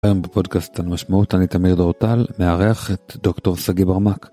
פודקאסט על משמעות אני תמיר דורוטל מארח את דוקטור שגיא ברמק.